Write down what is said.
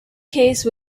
case